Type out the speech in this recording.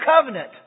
covenant